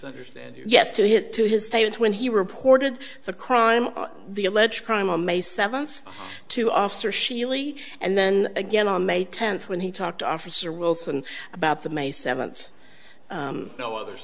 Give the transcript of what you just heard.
misunderstand yes to hit to his statement when he reported the crime the alleged crime on may seventh to officer sheely and then again on may tenth when he talked to officer wilson about the may seventh no others